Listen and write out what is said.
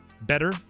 better